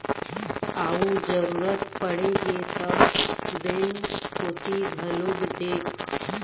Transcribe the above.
अउ जरुरत पड़गे ता बेंक कोती घलोक देख